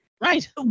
Right